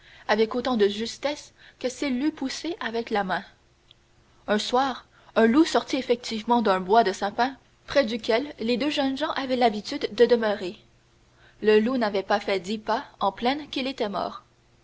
avec autant de justesse que s'il l'eût poussée avec la main un soir un loup sortit effectivement d'un bois de sapins près duquel les deux jeunes gens avaient l'habitude de demeurer le loup n'avait pas fait dix pas en plaine qu'il était mort